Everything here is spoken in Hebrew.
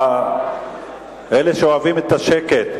אלה שאוהבים את השקט.